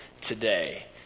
today